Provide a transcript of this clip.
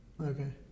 Okay